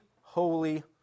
holy